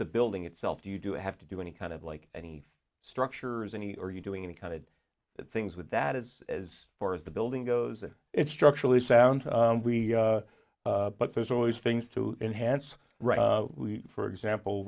the building itself do you do have to do any kind of like any structures any are you doing any kind of things with that is as far as the building goes it structurally sound we but there's always things to enhance right for example